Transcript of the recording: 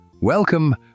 Welcome